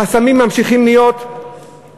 החסמים ממשיכים להיות,